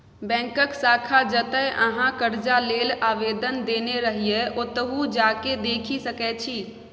बैकक शाखा जतय अहाँ करजा लेल आवेदन देने रहिये ओतहु जा केँ देखि सकै छी